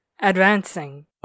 advancing